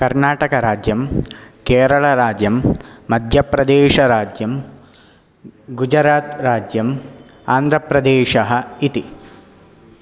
कर्नाटकराज्यं केरलराज्यं मध्यप्रदेशराज्यं गुजरात् राज्यं आन्ध्रप्रदेशः इति